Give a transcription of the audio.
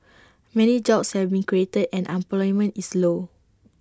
many jobs have been created and unemployment is low